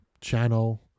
channel